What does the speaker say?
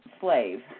slave